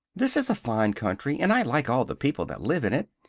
this is a fine country, and i like all the people that live in it,